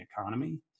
economy